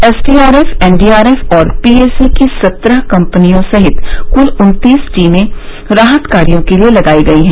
SDRF NDRF और PAC की सत्रह कम्पनियों सहित कूल उन्तीस टीमें राहत कार्यो के लिये लगाई गई है